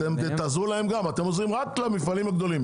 תעזרו להם גם, אתם עוזרים רק למפעלים הגדולים.